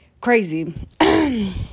crazy